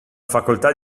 facoltà